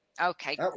Okay